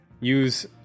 use